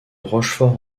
rochefort